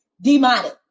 demonic